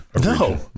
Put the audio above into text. No